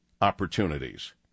opportunities